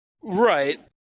Right